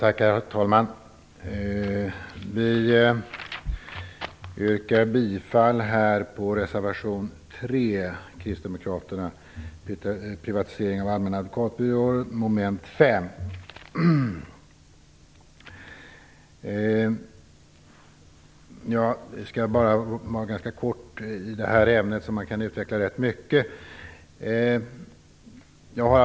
Herr talman! Vi kristdemokrater yrkar bifall till reservation 3, Privatisering av allmänna advokatbyråer, mom. 5. Jag skall fatta mig ganska kort i detta ämne som man kan utveckla rätt mycket.